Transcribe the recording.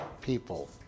people